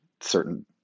certain